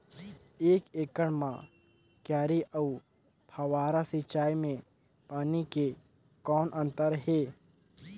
एक एकड़ म क्यारी अउ फव्वारा सिंचाई मे पानी के कौन अंतर हे?